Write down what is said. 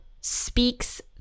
speaks